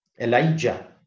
Elijah